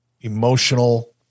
emotional